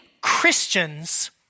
Christians